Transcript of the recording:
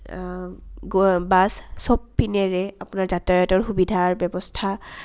bus চব পিনেৰে আপোনাৰ যাতায়তৰ সুবিধাৰ ব্যৱস্থা